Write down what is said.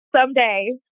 Someday